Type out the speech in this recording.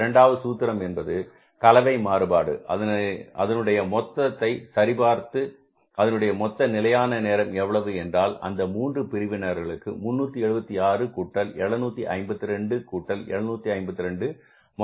இரண்டாவது சூத்திரம் என்பது கலவை மாறுபாடு அதனுடைய மொத்தத்தை சரிபார்த்து அதனுடைய மொத்த நிலையான நேரம் எவ்வளவு என்றால் அந்த 3 பிரிவுகளுக்கு 376 கூட்டல் 752 கூட்டல் 752 மொத்தம் 1880